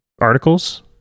articles